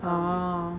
orh